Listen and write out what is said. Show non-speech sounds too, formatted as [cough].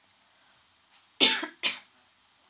[coughs]